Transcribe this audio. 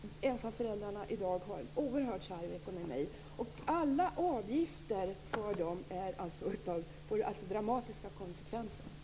Ensamföräldrarna har i dag en oerhört kärv ekonomi. Alla avgifter får dramatiska konsekvenser för dem.